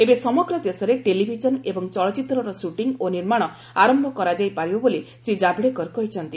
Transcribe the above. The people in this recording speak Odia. ଏବେ ସମଗ୍ର ଦେଶରେ ଟେଲିଭିଜନ ଏବଂ ଚଳଚ୍ଚିତ୍ରର ସୁଟିଂ ଓ ନିର୍ମାଣ ଆରମ୍ଭ କରାଯାଇ ପାରିବ ବୋଲି ଶ୍ରୀ ଜାଭେଡକର କହିଛନ୍ତି